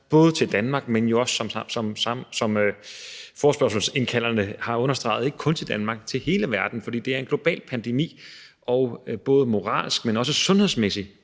både til Danmark, men jo også som forespørgerne har understreget, ikke kun til Danmark, men til hele verden, fordi det er en global pandemi. Både moralsk, men også sundhedsmæssigt